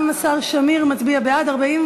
גם השר שמיר מצביע בעד.